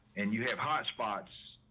and you have hotspots,